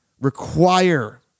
Require